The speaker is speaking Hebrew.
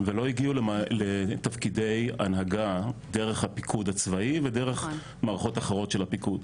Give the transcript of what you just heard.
ולא הגעו לתפקידי הנהגה דרך הפיקוד הצבאי ודרך מערכות אחרות של הפיקוד,